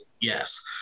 yes